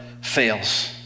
fails